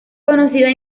conocida